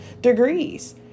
degrees